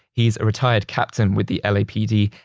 he's a retired captain with the lapd.